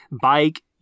bike